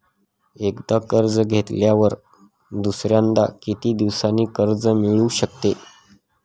एकदा कर्ज घेतल्यावर दुसऱ्यांदा किती दिवसांनी कर्ज मिळू शकते?